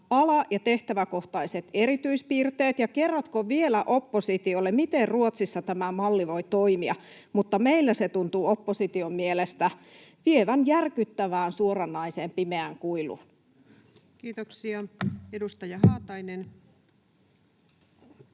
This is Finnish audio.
ala- ja tehtäväkohtaiset erityispiirteet, ja kerrotko vielä oppositiolle, miten Ruotsissa tämä malli voi toimia, mutta meillä se tuntuu opposition mielestä vievän järkyttävään, suoranaiseen pimeään kuiluun. [Speech 51] Speaker: